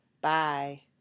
Bye